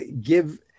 give